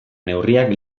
neurriak